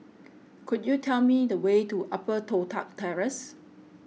could you tell me the way to Upper Toh Tuck Terrace